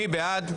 מי בעד?